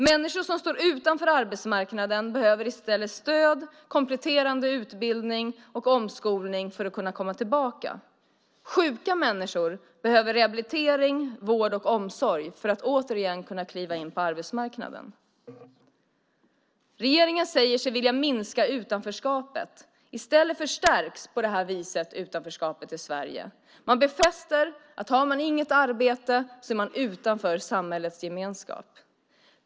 Människor som står utanför arbetsmarknaden behöver i stället stöd, kompletterande utbildning och omskolning för att kunna komma tillbaka. Sjuka människor behöver rehabilitering, vård och omsorg för att återigen kunna kliva in på arbetsmarknaden. Regeringen säger sig vilja minska utanförskapet. I stället förstärks på det här viset utanförskapet i Sverige. Man befäster att har man inget arbete så är man utanför samhällets gemenskap.